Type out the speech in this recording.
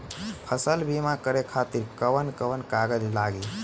फसल बीमा करे खातिर कवन कवन कागज लागी?